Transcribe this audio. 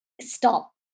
Stop